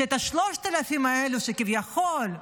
שאת ה-3,000 האלה שכביכול יגייסו,